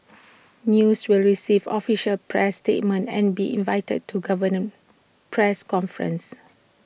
news will receive official press statements and be invited to government press conferences